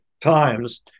times